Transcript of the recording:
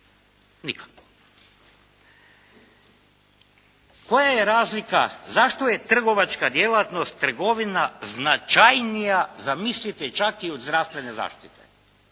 Nikakvo. Koja je razlika zašto je trgovačka djelatnost trgovina značajnija zamislite čak i od zdravstvene zaštite